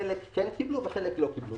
חלק כן קיבלו וחלק לא קיבלו.